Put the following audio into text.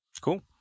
Cool